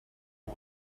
day